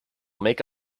make